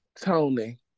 Tony